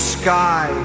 sky